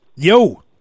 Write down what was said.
Yo